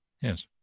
yes